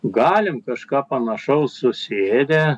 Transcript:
galim kažką panašaus susėdę